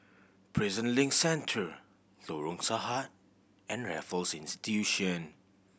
Prison Link Centre Lorong Sahad and Raffles Institution